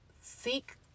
seek